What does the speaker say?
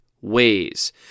ways